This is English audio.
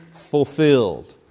fulfilled